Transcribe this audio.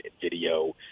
video